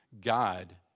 God